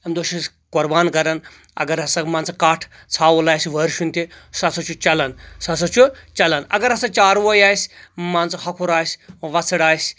امہِ دۄہ چھِ أسۍ قۄربان کران اگر ہسا مان ژٕ کٹھ ژھاوُل آسہِ وٲرۍشُن تہِ سہ ہسا چھُ چلان سہ ہسا چھُ چلان اگر ہسا چاروٲے آسہِ مان ژٕ ہکھر آسہِ وژھڑ آسہِ